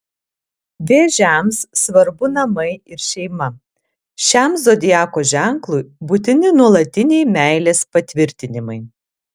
vėžiams svarbu namai ir šeima šiam zodiako ženklui būtini nuolatiniai meilės patvirtinimai